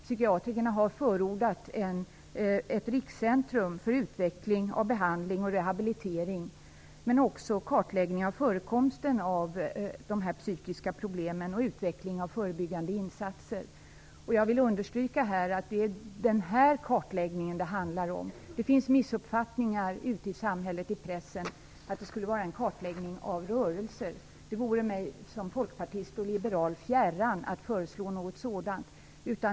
Psykiatrikerna har förordat ett rikscentrum för utveckling, behandling och rehabilitering. De har också förordat en kartläggning av förekomsten av dessa psykiska problem och utveckling av förebyggande insatser. Jag vill understryka att det är den kartläggningen det här handlar om. Det finns missuppfattningar ute i samhället och i pressen om att det skulle vara fråga om en kartläggning av rörelser. Det vore främmande för mig som folkpartist och liberal att föreslå något sådant.